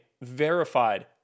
verified